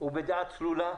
בדעה צלולה,